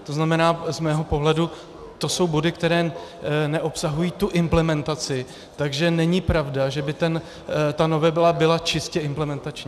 To znamená, z mého pohledu to jsou body, které neobsahují tu implementaci, takže není pravda, že by ta novela byla čistě implementační.